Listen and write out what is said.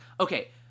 okay